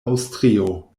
aŭstrio